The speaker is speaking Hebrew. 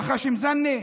וח'שם זנה,